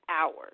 hours